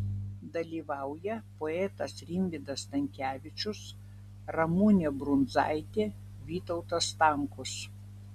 dalyvauja poetas rimvydas stankevičius ramunė brundzaitė vytautas stankus